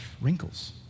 wrinkles